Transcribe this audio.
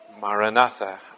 Maranatha